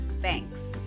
Thanks